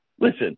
Listen